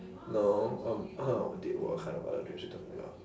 no um what kind of other dreams you talking about